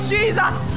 Jesus